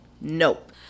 nope